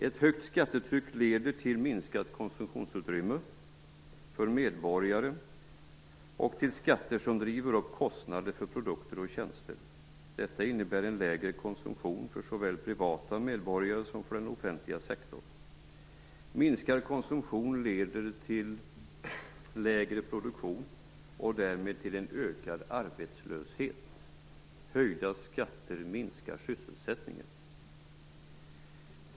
Ett högt skattetryck leder till ett minskat konsumtionsutrymme för medborgare och till skatter som driver upp kostnader för produkter och tjänster. Detta innebär en lägre konsumtion såväl för privata medborgare som för den offentliga sektorn. Minskad konsumtion leder till lägre produktion och därmed till ökad arbetslöshet. Höjda skatter minskar sysselsättningen.